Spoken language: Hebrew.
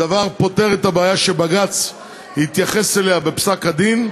הדבר פותר את הבעיה שבג"ץ התייחס אליה בפסק-הדין.